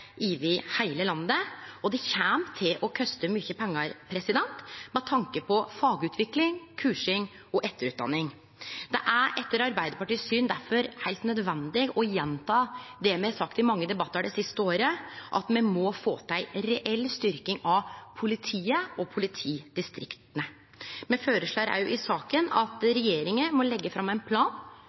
over heile landet, og det kjem til å koste mykje pengar med tanke på fagutvikling, kursing og etterutdanning. Det er etter Arbeidarpartiets syn difor heilt nødvendig å gjenta det me har sagt i mange debattar det siste året, at me må få til ei reell styrking av politiet og politidistrikta. Me føreslår òg i saka at regjeringa må leggje fram ein plan